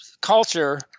culture